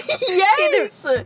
Yes